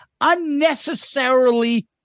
unnecessarily